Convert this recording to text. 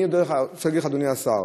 אני רוצה להגיד לך, אדוני השר,